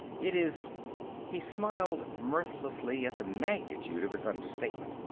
it is he smiled mirthlessly at the magnitude of his understatement.